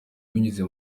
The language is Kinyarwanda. binyuze